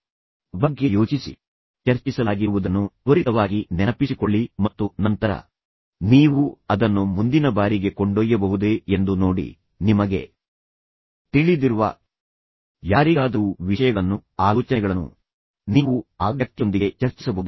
ಈಗ ನೀವು ಯಾವ ಸಮಯವನ್ನು ಆಯ್ಕೆ ಮಾಡಿದರೂ ಮಲಗುವ ಸ್ವಲ್ಪ ಮೊದಲು ನಿಮಗೆ ಚರ್ಚಿಸಲಾಗಿರುವುದನ್ನು ತ್ವರಿತವಾಗಿ ನೆನಪಿಸಿಕೊಳ್ಳಿ ಮತ್ತು ನಂತರ ನೀವು ಅದನ್ನು ಮುಂದಿನ ಬಾರಿಗೆ ಕೊಂಡೊಯ್ಯಬಹುದೇ ಎಂದು ನೋಡಿ ನಿಮಗೆ ತಿಳಿದಿರುವ ಯಾರಿಗಾದರೂ ವಿಷಯಗಳನ್ನು ಆಲೋಚನೆಗಳನ್ನು ನೀವು ಆ ವ್ಯಕ್ತಿಯೊಂದಿಗೆ ಚರ್ಚಿಸಬಹುದೇ